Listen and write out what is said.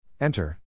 Enter